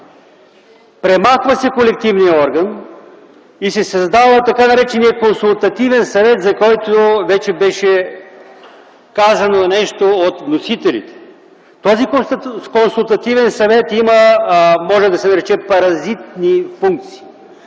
Премахва се колективният орган и се създава така нареченият Консултативен съвет, за който беше казано нещо от вносителите. Този Консултативен съвет, може да се каже, има паразитни функции.